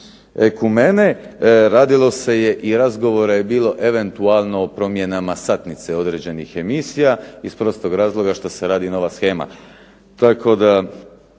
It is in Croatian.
"Ekumene". Radilo se je i razgovora je bilo eventualno o promjenama satnice određenih emisija iz prostog razloga što se radi nova shema,